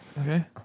Okay